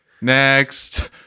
Next